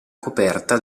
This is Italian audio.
coperta